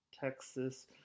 Texas